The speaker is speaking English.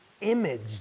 image